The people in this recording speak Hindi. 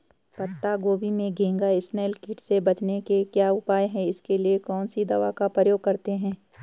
पत्ता गोभी में घैंघा इसनैल कीट से बचने के क्या उपाय हैं इसके लिए कौन सी दवा का प्रयोग करते हैं?